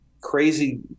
crazy